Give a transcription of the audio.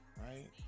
right